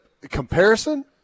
comparison